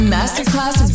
Masterclass